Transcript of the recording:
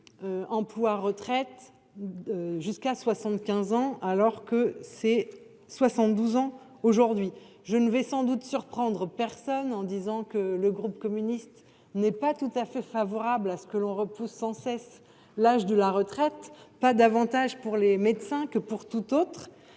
emploi retraite jusqu’à 75 ans contre 72 ans aujourd’hui. Je ne vais sans doute surprendre personne en disant que le groupe communiste n’est pas tout à fait favorable à ce que l’on recule sans cesse l’âge de départ à la retraite, que ce soit pour les médecins ou pour toute autre